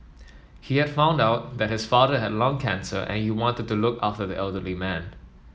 he had found out that his father had lung cancer and he wanted to look after the elderly man